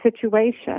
situation